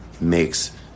Makes